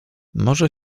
może